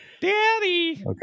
Daddy